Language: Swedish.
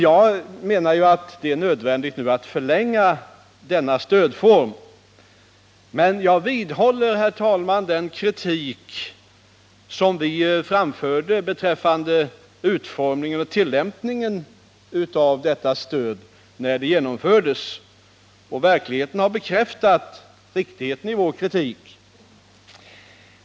Jag menar att det är nödvändigt att förlänga denna stödform, men jag vidhåller, herr talman, den kritik som vi framförde beträffande utformningen och tillämpningen av detta stöd när det genomfördes. Verkligheten har också bekräftat riktigheten av vår kritik.